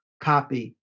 copy